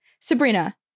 Sabrina